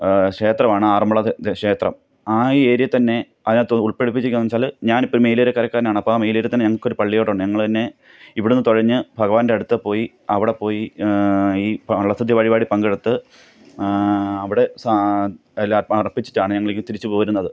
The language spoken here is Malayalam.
ക്ഷേത്രമാണ് ആറന്മുള ഷേത്രം ആ ഏരിയയിൽ തന്നെ അതിനകത്ത് ഉൾപ്പെടുത്തിയിരിക്കുന്നതെന്ന് വച്ചാൽ ഞാനിപ്പം മെയിലിയരക്കരക്കാരനാണ് അപ്പോൾ ആ മെയിലിയരെ തന്നെ ഞങ്ങൾക്കൊരു പള്ളിയോടം ഉണ്ട് ഞങ്ങൾ തന്നെ ഇവിടെ നിന്ന് തുഴഞ്ഞ് ഭഗവാന്റെ അടുത്ത് പോയി അവിടെ പോയി ഈ വള്ളസദ്യ വഴിപാടിൽ പങ്കെടുത്ത് അവിടെ എല്ലാം അര്പ്പിച്ചിട്ടാണ് ഞങ്ങൾ ഇങ്ങ് തിരിച്ചു പോരുന്നത്